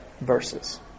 verses